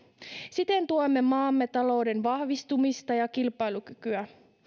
siten tuemme maamme talouden vahvistumista ja kilpailukykyä